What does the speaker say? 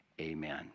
Amen